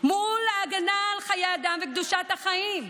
מול ההגנה על חיי האדם וקדושת החיים.